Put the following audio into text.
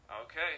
Okay